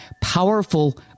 powerful